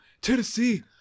Tennessee